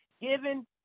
given